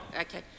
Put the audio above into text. Okay